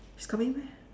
she's coming meh